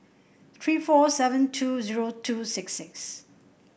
three four seven two zero two six six